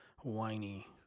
whiny